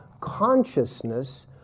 consciousness